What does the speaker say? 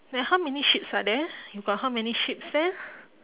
then how many sheeps are there you got how many sheeps there